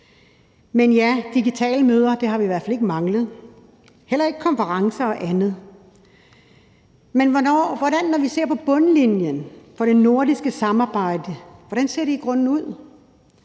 Men ja, digitale møder har vi i hvert fald ikke manglet, heller ikke konferencer og andet. Men når vi ser på bundlinjen for det nordiske samarbejde, hvordan ser det så i grunden ud?